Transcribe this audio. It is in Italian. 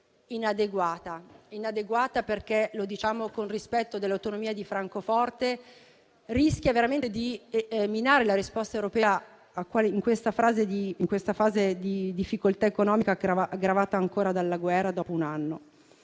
inadeguata, perché - lo diciamo con rispetto dell'autonomia di Francoforte - rischia veramente di minare la risposta europea in questa fase di difficoltà economica, aggravata ancora dalla guerra, che dopo un anno